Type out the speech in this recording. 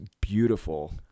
beautiful